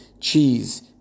cheese